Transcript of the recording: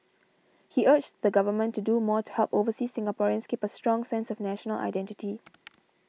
he urged the Government to do more to help overseas Singaporeans keep a strong sense of national identity